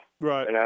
Right